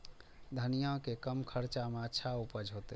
धनिया के कम खर्चा में अच्छा उपज होते?